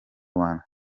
rwanda